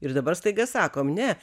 ir dabar staiga sakom ne